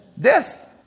Death